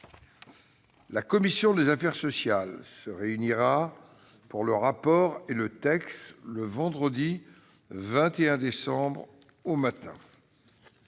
La commission des affaires sociales se réunira pour l'examen du rapport et du texte le vendredi 21 décembre, matin.